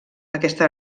aquesta